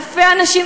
אלפי אנשים,